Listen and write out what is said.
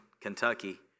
Kentucky